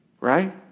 Right